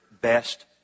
best